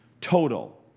total